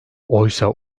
oysa